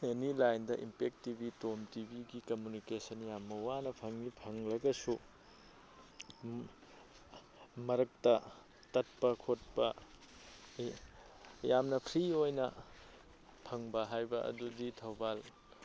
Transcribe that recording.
ꯑꯦꯅꯤ ꯂꯥꯏꯟꯗ ꯏꯝꯄꯦꯛ ꯇꯤꯚꯤ ꯇꯣꯝ ꯇꯤꯚꯤꯒꯤ ꯀꯝꯃꯨꯅꯤꯀꯦꯁꯟ ꯌꯥꯝꯅ ꯋꯥꯅ ꯐꯪꯉꯤ ꯐꯪꯂꯒꯁꯨ ꯃꯔꯛꯇ ꯇꯠꯄ ꯈꯣꯠꯄ ꯌꯥꯝꯅ ꯐ꯭ꯔꯤ ꯑꯣꯏꯅ ꯐꯪꯕ ꯍꯥꯏꯕ ꯑꯗꯨꯗꯤ ꯊꯧꯕꯥꯜ